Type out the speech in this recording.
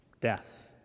death